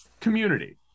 community